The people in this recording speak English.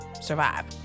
survive